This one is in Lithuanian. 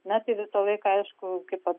na tai visą laiką aišku kaip